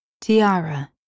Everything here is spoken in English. Tiara